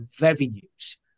revenues